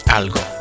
algo